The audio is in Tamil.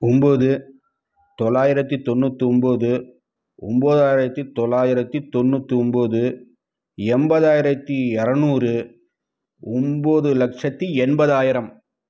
ஒம்பது தொள்ளாயிரத்தி தொண்ணூற்றி ஒம்பது ஒம்பதாயரத்தி தொள்ளாயிரத்தி தொண்ணூற்றி ஒம்பது எண்பதாயிரத்தி இரநூறு ஒம்பது லட்சத்தி எண்பதாயிரம்